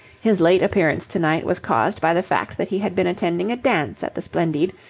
his late appearance to-night was caused by the fact that he had been attending a dance at the splendide,